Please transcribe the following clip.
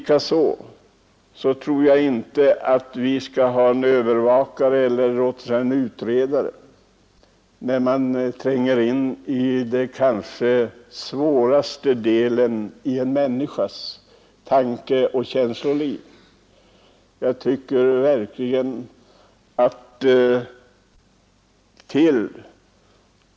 Jag tror inte heller att vi skall ha en övervakare eller utredare som tränger in i den kanske ömtåligaste delen av en människas tankeoch känsloliv.